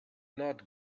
not